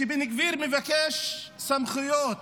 כשבן גביר מבקש סמכויות